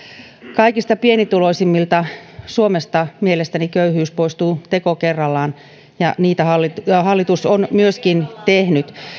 kaikista pienituloisimmilta suomesta mielestäni köyhyys poistuu teko kerrallaan ja niitä hallitus on myöskin tehnyt